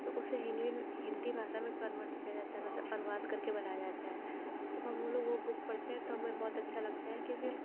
तो उसे हिंदी में हिंदी भाषा में कन्वर्ट किया जाता है अनुवाद कर के बनाया जाता है जब हम लोग वो बुक पढ़ते हैं तो हमें बहुत अच्छा लगता है क्योंकि